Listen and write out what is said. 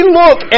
look